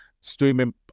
streaming